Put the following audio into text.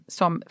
som